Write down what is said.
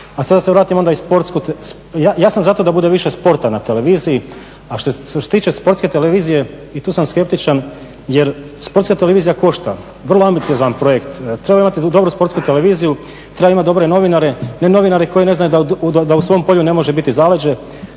A sad da se vratim na Sportsku televiziju, ja sam za to da bude više sporta na televiziji, a što se tiče Sportske televizije i tu sam skeptičan jer Sportska televizija košta, vrlo ambiciozan projekt, treba imati dobru Sportsku televiziju, treba imati dobre novinare, ne novinare koji ne znaju da u svom polju ne može biti zaleđe.